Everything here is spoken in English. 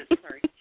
sorry